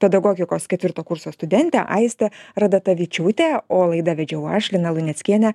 pedagogikos ketvirto kurso studentę aistę radatavičiūtę o laidą vedžiau aš lina luneckienė